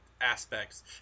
aspects